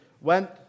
went